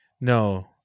No